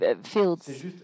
fields